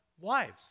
Wives